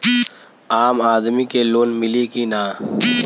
आम आदमी के लोन मिली कि ना?